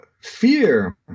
fear